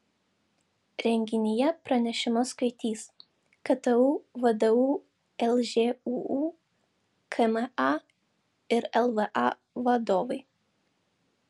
renginyje pranešimus skaitys ktu vdu lžūu kma ir lva vadovai